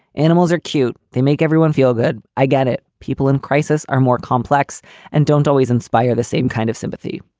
animals are cute. they make everyone feel good. i get it. people in crisis are more complex and don't always inspire the same kind of sympathy.